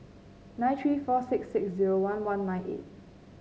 nine three four six six zero one one nine eight